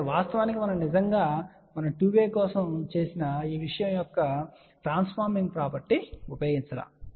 అయితే వాస్తవానికి మనం నిజంగా మనము 2 వే కోసం చేసిన ఈ విషయం యొక్క ట్రాన్స్ఫార్మింగ్ ప్రాపర్టీ ఉపయోగించలేదు